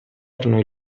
erano